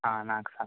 ಹಾಂ ನಾಲ್ಕು ಸಾಕು